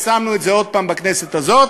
ושמנו את זה עוד הפעם בכנסת הזאת,